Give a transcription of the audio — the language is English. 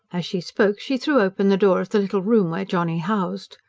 as she spoke, she threw open the door of the little room where johnny housed.